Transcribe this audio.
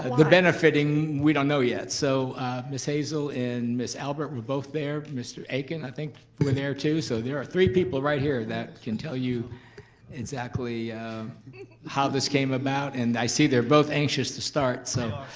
the benefiting, we don't know yet. so miss hazel and miss albert were both there. mr. aiken, i think you were there too. so there are three people right here that can tell you exactly how this came about and i see they're both anxious to start. so